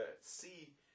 see